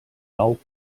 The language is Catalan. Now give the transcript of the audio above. nou